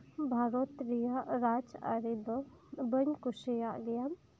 ᱵᱷᱟᱨᱚᱛ ᱨᱮᱭᱟᱜ ᱨᱟᱡ ᱟᱹᱨᱤᱫᱚ ᱵᱟᱹᱧ ᱠᱩᱥᱤᱭᱟᱜ ᱜᱮᱭᱟ